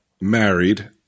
married